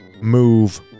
move